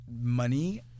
Money